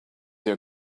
your